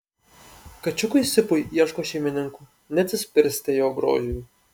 kačiukui sipui ieško šeimininkų neatsispirsite jo grožiui